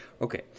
okay